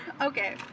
Okay